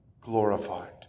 glorified